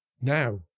Now